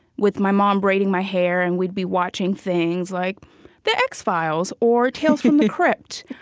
with my mom braiding my hair, and we'd be watching things like the x-files or tales from the crypt.